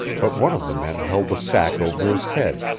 but one of the men held the sack over his head,